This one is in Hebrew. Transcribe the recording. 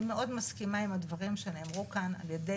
אני מאוד מסכימה עם הדברים שנאמרו כאן על-ידי